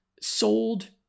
sold